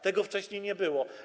Tego wcześniej nie było.